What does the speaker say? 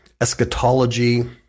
eschatology